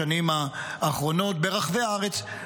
בשנים האחרונות ברחבי הארץ,